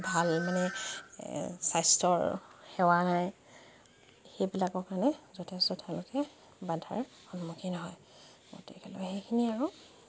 ভাল মানে স্বাস্থ্যৰ সেৱা নাই সেইবিলাকৰ কাৰণে যথেষ্ট তেওঁলোকে বাধাৰ সন্মুখীন হয় গতিকে সেইখিনিয়ে আৰু